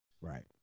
Right